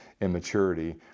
immaturity